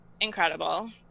incredible